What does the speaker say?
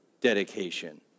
dedication